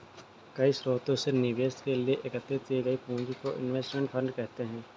कई स्रोतों से निवेश के लिए एकत्रित की गई पूंजी को इनवेस्टमेंट फंड कहते हैं